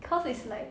cause it's like